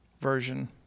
version